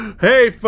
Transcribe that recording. Hey